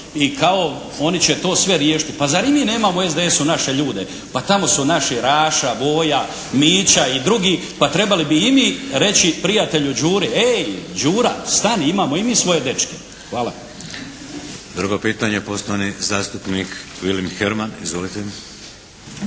i kao oni će to sve riješiti. Pa, zar i mi nemamo u SDS-u naše ljude? Pa tamo su naši Raša, Boja, Mića i drugi, pa trebali bi i mi reći prijatelju Đuri, ej Đura, stani, imamo i mi svoje dečke. Hvala. **Šeks, Vladimir (HDZ)** Drugo pitanje poštovani zastupnik Vilim Herman. Izvolite! **Herman,